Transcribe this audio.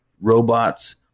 robots